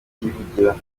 byivugira